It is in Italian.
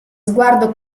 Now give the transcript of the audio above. sguardo